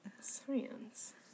science